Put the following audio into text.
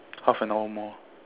half an hour more